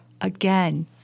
again